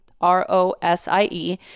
r-o-s-i-e